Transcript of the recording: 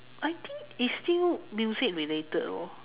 I think it's still music related lor